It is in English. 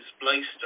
displaced